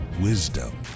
wisdom